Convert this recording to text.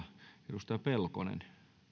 arvoisa